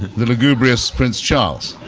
the lugubrious prince charles,